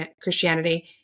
Christianity